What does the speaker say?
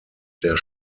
der